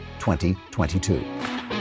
2022